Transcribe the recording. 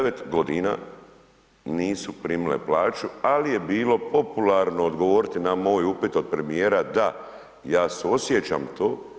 9 godina nisu primile plaću, ali je bilo popularno odgovoriti na moj upit od premijera, da ja suosjećam to.